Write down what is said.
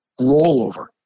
rollover